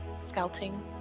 scouting